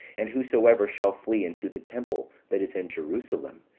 and whosoever shall flee into the temple that is in jerusalem,